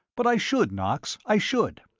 but i should, knox! i should!